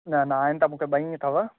न न आहिनि त मूंखे ॿ ई अथव